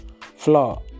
Flaw